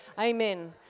amen